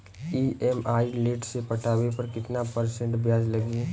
EMI late से पटावे पर कितना परसेंट ब्याज लगी?